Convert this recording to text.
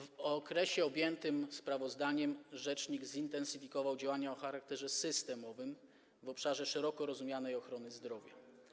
W okresie objętym sprawozdaniem rzecznik zintensyfikował działania o charakterze systemowym w obszarze szeroko rozumianej ochrony zdrowia.